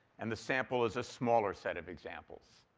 and the sample is a smaller set of examples.